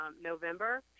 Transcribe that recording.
November